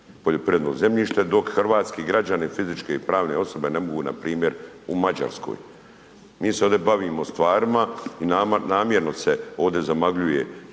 poljoprivredno zemljište dok hrvatski građani, fizičke i pravne osobe ne mogu npr. u Mađarskoj. Mi se ovdje bavimo stvarima i namjerno se ovdje zamagljuje